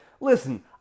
Listen